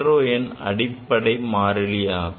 Avogadro எண் ஒரு அடிப்படை மாறிலி ஆகும்